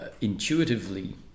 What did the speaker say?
intuitively